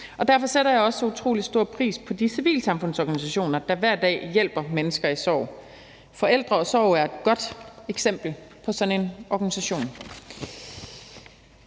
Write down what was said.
Derfor sætter jeg også så utrolig stor pris på de civilsamfundsorganisationer, der hver dag hjælper mennesker i sorg. Forældre & Sorg er et godt eksempel på sådan en organisation.